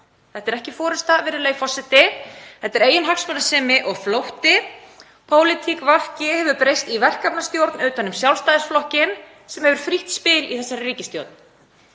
Þetta er ekki forysta, virðulegi forseti, þetta er eiginhagsmunasemi og flótti. Pólitík VG hefur breyst í verkefnastjórn utan um Sjálfstæðisflokkinn sem hefur frítt spil í þessari ríkisstjórn.